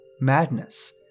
madness